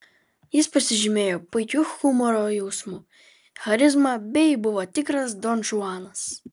jis pasižymėjo puikiu humoro jausmu charizma bei buvo tikras donžuanas